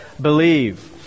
believe